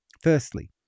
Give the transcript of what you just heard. Firstly